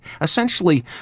Essentially